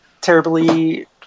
terribly